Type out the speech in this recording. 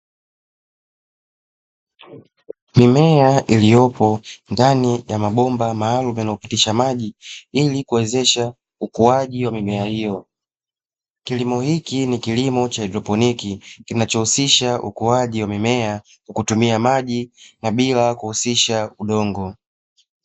Mimea iliyopo ndani ya mabomba maalumu yanayopitisha maji ili kuwezesha ukuaji wa mimea hiyo. Kilimo hiki ni kilimo cha haidroponiki kinachohusisha ukuaji wa mimea kwa kutumia maji na bila kuhusisha udongo.